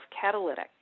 Catalytic